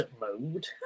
mode